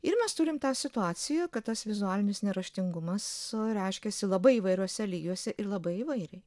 ir mes turim tą situaciją kad tas vizualinis neraštingumas reiškiasi labai įvairiuose lygiuose ir labai įvairiai